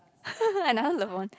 another Lauren